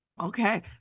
Okay